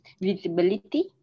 visibility